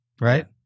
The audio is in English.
right